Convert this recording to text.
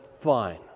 fine